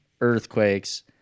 earthquakes